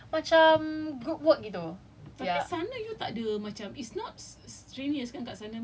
and then after that time difference also cause it's it's like a macam group work gitu ya